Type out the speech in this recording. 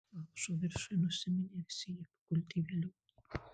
laužo viršuj nusiminę visi jie paguldė velionį